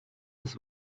des